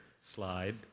slide